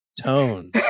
Tones